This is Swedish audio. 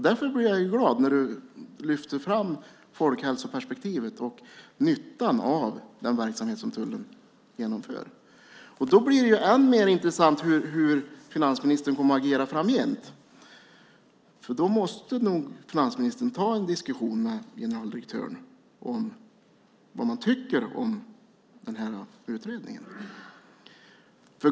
Därför blir jag glad när finansministern lyfter fram folkhälsoperspektivet och nyttan av den verksamhet som tullen genomför. Då blir det ännu mer intressant hur finansministern kommer att agera framgent. Då måste nog finansministern ta en diskussion med generaldirektören om vad de tycker om utredningen.